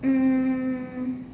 um